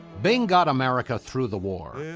bing got america through the war.